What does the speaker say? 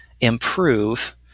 improve